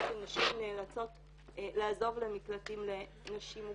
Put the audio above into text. שנשים נאלצות לעזוב למקלטים לנשים מוכות.